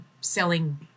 selling